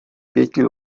pěti